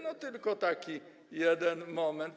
No, tylko taki jeden moment.